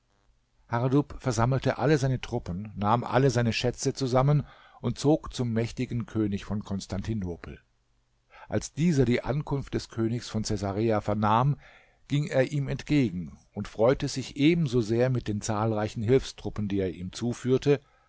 hardub versammelte alle seine truppen nahm alle seine schätze zusammen und zog zum mächtigen könig von konstantinopel als dieser die ankunft des königs von cäsarea vernahm ging er ihm entgegen und freute sich ebenso sehr mit den zahlreichen hilfstruppen die er ihm zuführte